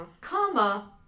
comma